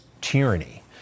tyranny